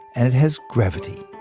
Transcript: and it has gravity.